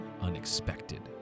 unexpected